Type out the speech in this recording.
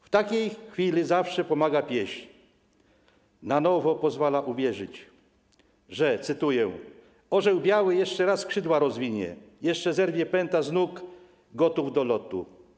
W takiej chwili zawsze pomaga pieśń, na nowo pozwala uwierzyć, że, cytuję: orzeł biały jeszcze raz skrzydła rozwinie, jeszcze zerwie pęta z nóg gotów do lotu.